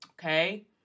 okay